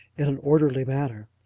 in an orderly manner.